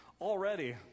already